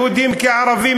יהודים כערבים,